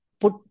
put